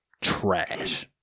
trash